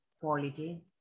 quality